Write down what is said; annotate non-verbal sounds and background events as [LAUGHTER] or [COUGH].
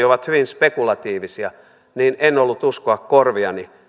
[UNINTELLIGIBLE] ovat hyvin spekulatiivisia en ollut uskoa korviani